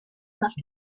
left